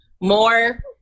more